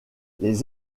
les